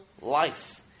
life